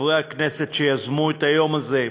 חברי הכנסת שיזמו את היום הזה,